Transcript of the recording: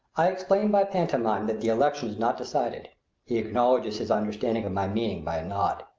i explain by pantomime that the election is not decided he acknowledges his understanding of my meaning by a nod.